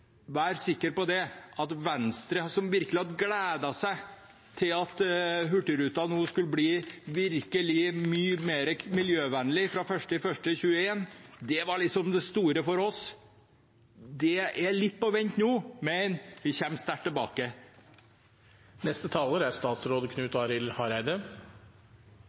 Vær sikker på at Venstre – som virkelig hadde gledet seg til at Hurtigruten skulle bli mye mer miljøvennlig fra 1. januar 2021, det var liksom det store for oss, men det er litt på vent nå – vi kommer sterkt tilbake. Mitt spørsmål til representanten Gunnes er